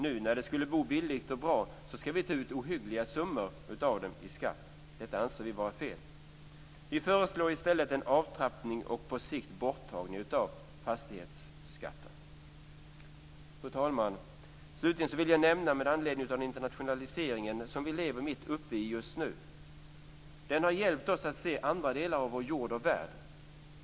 Nu när de skulle bo billigt och bra, ska vi ta ut ohyggliga summor av dem i skatt. Detta anser vi vara fel. Vi föreslår i stället en avtrappning och på sikt borttagning av fastighetsskatten. Fru talman! Slutligen vill jag nämna den internationalisering som vi lever mitt i just nu. Den har hjälpt oss att se andra delar av vår jord och värld.